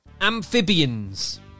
amphibians